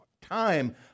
time